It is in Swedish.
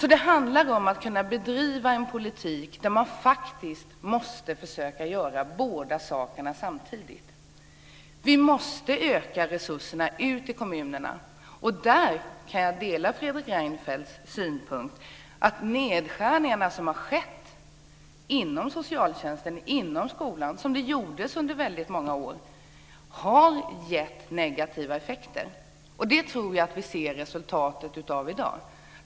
Det handlar om att bedriva en politik där man måste försöka att göra båda sakerna samtidigt. Resurserna till kommunerna måste ökas. Där delar jag Fredrik Reinfeldts synpunkt, att de nedskärningar som har skett under många år inom skolan och socialtjänsten har gett negativa effekter. Det kan vi se resultatet av i dag.